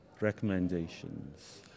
recommendations